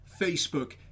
Facebook